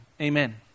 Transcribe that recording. amen